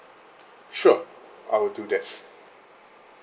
sure I will do that